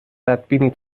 بدبینی